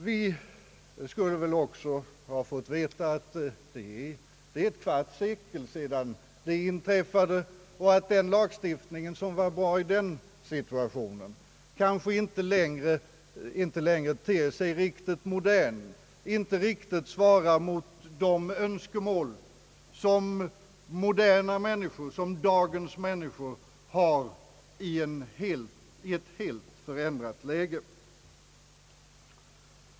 Vi skulle väl också ha fått veta att en lagstiftning som var bra för ett kvarts sekel sedan kanske inte längre ter sig riktigt modern och inte riktigt svarar mot de önskemål som dagens människor har i ett helt förändrat läge.